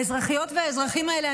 האזרחיות והאזרחים האלה,